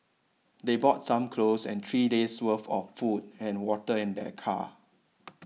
they brought some clothes and three days worth of food and water in their car